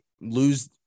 lose